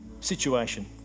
situation